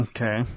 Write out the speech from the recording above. Okay